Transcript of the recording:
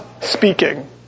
speaking